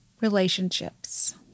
Relationships